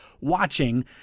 watching